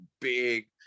big